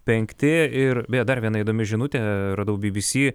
penkti ir beje dar viena įdomi žinutė radau bbc